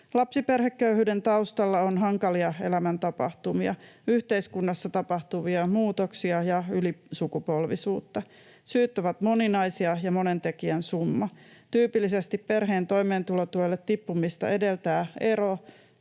Lapsiperheköyhyyden taustalla on hankalia elämäntapahtumia, yhteiskunnassa tapahtuvia muutoksia ja ylisukupolvisuutta. Syyt ovat moninaisia ja monen tekijän summa. Tyypillisesti perheen toimeentulotuelle tippumista edeltävät ero